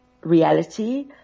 reality